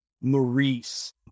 Maurice